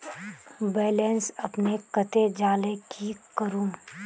Balance अपने कते जाले की करूम?